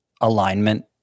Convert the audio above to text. alignment